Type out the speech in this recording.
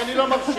כי אני לא מרשה.